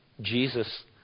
Jesus